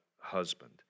Husband